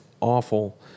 awful